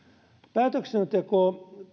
päätöksenteko